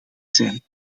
zijn